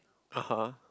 ah [huh]